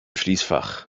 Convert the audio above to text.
schließfach